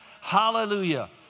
Hallelujah